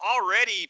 already